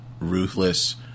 Ruthless